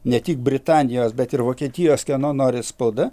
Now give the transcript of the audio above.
ne tik britanijos bet ir vokietijos kieno nori spauda